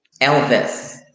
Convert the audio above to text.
Elvis